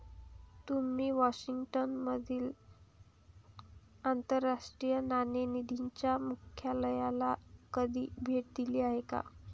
तुम्ही वॉशिंग्टन मधील आंतरराष्ट्रीय नाणेनिधीच्या मुख्यालयाला कधी भेट दिली आहे का?